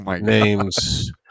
names